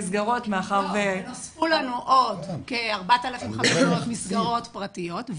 עוד כ-4,500 מסגרות פרטיות.